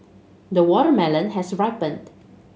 the watermelon has ripened